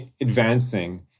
advancing